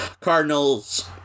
Cardinals